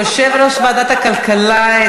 יושב-ראש ועדת הכלכלה,